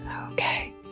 Okay